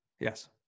Yes